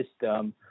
system